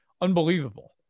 unbelievable